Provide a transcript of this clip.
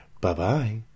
Bye-bye